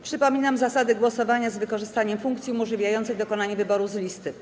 Przypominam zasady głosowania z wykorzystaniem funkcji umożliwiającej dokonanie wyboru z listy.